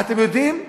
אתם יודעים,